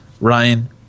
Ryan